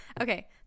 Okay